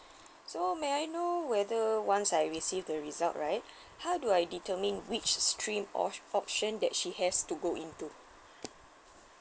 so may I know whether once I receive the result right how do I determine which stream or option that she has to go into